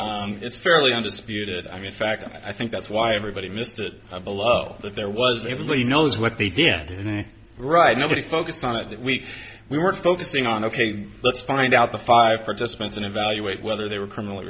or it's fairly undisputed i mean fact i think that's why everybody missed it i believe that there was everybody knows what they did right nobody focused on it that we were focusing on ok let's find out the five participants and evaluate whether they were criminally